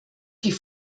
die